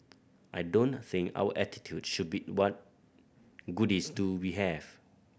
I don't think our attitude should be what goodies do we have